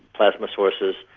plasma sources,